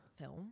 film